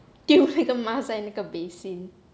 丢那个 mask 在那个 basin